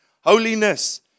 Holiness